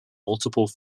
multiple